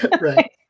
Right